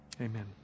Amen